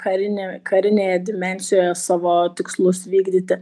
karinė karinėje dimensijoje savo tikslus vykdyti